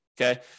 Okay